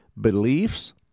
beliefs